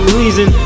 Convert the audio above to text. reason